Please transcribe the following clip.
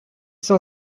cent